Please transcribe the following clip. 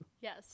Yes